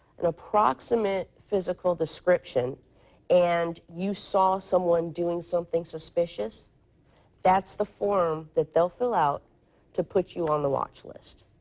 an approximate physical description and you saw someone doing something suspicious that's the form they fill fill out to put you on the watch list.